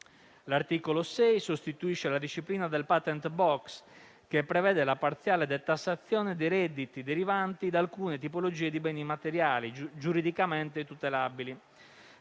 L'articolo 6 sostituisce alla disciplina del *patent* *box* che prevede la parziale detassazione dei redditi derivanti da alcune tipologie di beni materiali, giuridicamente tutelabili,